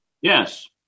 Yes